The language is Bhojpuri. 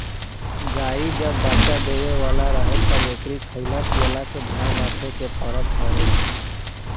गाई जब बच्चा देवे वाला रहे तब एकरी खाईला पियला के ध्यान रखे के पड़त हवे